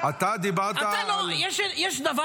אתה דיברת על --- יש דבר